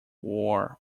war